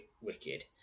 wicked